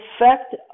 effect